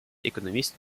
économistes